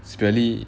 secretly